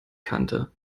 kannte